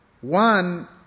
One